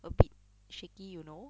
a bit shaky you know